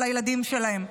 של הילדים שלהן.